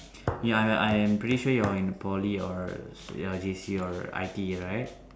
ya ya I am pretty sure you are in a Poly or you are J_C or I_T_E right